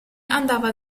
andava